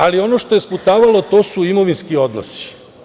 Ali ono što je sputavalo, to su imovinski odnosi.